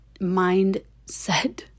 mindset